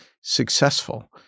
successful